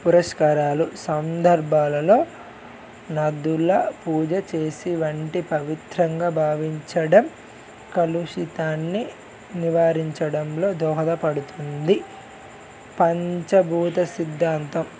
పురస్కారాలు సందర్భాలలో నదుల పూజ చేసి వంటి పవిత్రంగా భావించడం కలుషితాన్ని నివారించడంలో దోహదపడుతుంది పంచభూత సిద్ధాంతం